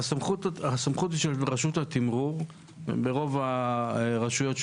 הסמכות היא של רשות התמרור ברוב הרשויות.